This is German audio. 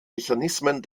mechanismen